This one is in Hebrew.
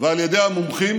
ועל ידי המומחים.